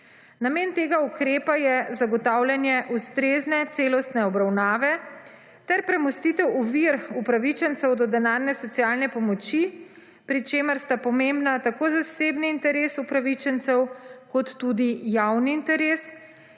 Namen tega ukrepa je zagotavljanje ustrezne celostne obravnave ter premostitev ovir upravičencev do denarne socialne pomoči, pri čemer sta pomembna tako zasebni interes upravičencev, kot tudi javni interes.